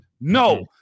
No